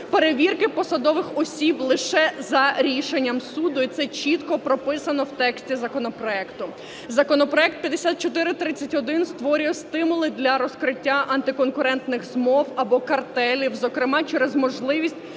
Перевірки посадових осіб – лише за рішенням суду. І це чітко прописано в тексті законопроекту. Законопроект 5431 створює стимули для розкриття антиконкурентних змов або картелів, зокрема через можливість